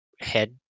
head